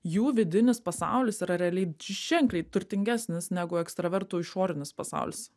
jų vidinis pasaulis yra realiai ženkliai turtingesnis negu ekstravertų išorinis pasaulis